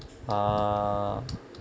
ah